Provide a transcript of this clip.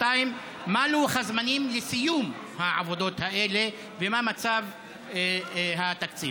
2. מה לוח הזמנים לסיום העבודות האלה ומה מצב התקציב?